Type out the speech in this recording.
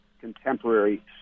contemporary